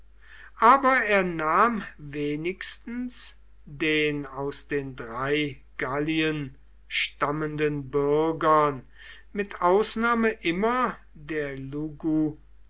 aber er nahm wenigstens den aus den drei gallien stammenden bürgern mit ausnahme immer der